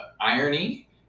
irony